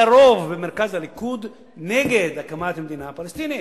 היה רוב במרכז הליכוד נגד הקמת המדינה הפלסטינית.